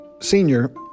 senior